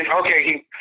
Okay